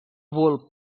bulb